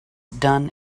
done